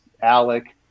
Alec